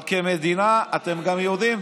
אבל כמדינה אתם גם יודעים,